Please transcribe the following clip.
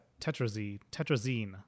tetrazine